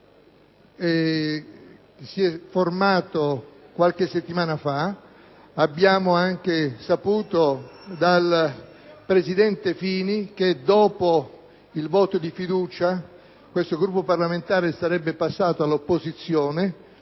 si è costituito qualche settimana fa e abbiamo anche saputo dal presidente Fini che dopo il voto di fiducia questo Gruppo parlamentare sarebbe passato all'opposizione.